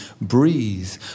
breathe